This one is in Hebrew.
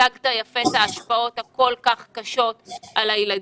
הצגת יפה את ההשפעות הכול כך קשות על הילדים.